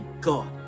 god